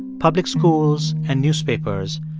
public schools and newspapers,